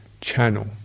channel